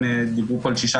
הם דיברו פה על 16%,